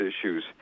issues